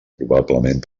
probablement